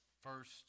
first